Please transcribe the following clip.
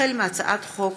החל בהצעת חוק